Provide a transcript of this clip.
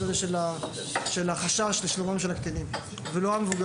הזה של החשש לשלומם של הקטינים והמבוגרים.